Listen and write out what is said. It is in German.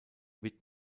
wird